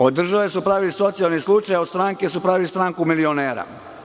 Od države su pravili socijalni slučaj, a od stranke su pravili stranku milionera.